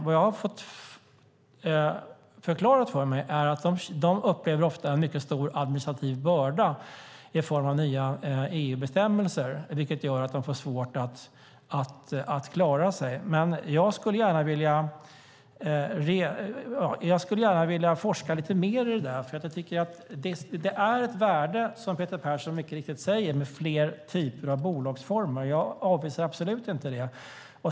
Vad jag har fått förklarat för mig är att de ofta upplever en mycket stor administrativ börda i form av nya EU-bestämmelser, vilket gör att de får svårt att klara sig. Jag skulle gärna vilja forska lite mer i det där, för jag tycker att det är ett värde, som Peter Persson mycket riktigt säger, med fler typer av bolagsformer. Jag avvisar absolut inte det.